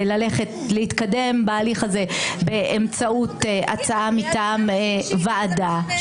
להתקדם בהליך הזה באמצעות הצעה מטעם ועדה,